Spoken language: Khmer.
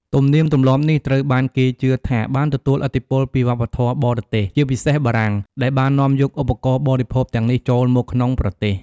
ទំនៀមទម្លាប់នេះត្រូវបានគេជឿថាបានទទួលឥទ្ធិពលពីវប្បធម៌បរទេស ជាពិសេសបារាំង ដែលបាននាំយកឧបករណ៍បរិភោគទាំងនេះចូលមកក្នុងប្រទេស។